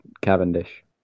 Cavendish